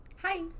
Hi